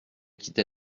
quitter